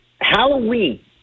Halloween